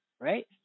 right